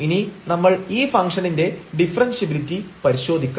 ഇനി നമ്മൾ ഈ ഫങ്ക്ഷണിന്റെ ഡിഫറെൻഷ്യബിലിറ്റി പരിശോധിക്കാം